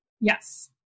Yes